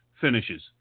finishes